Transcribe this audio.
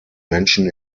menschen